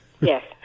yes